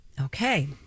okay